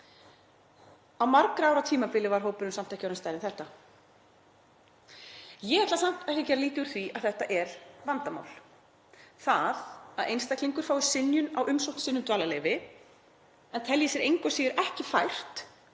Á margra ára tímabili var hópurinn samt ekki orðinn stærri en þetta. Ég ætla samt ekki að gera lítið úr því að þetta er vandamál. Það að einstaklingur fái synjun á umsókn sinni um dvalarleyfi en telji sér engu að síður ekki fært